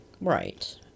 right